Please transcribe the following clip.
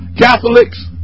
Catholics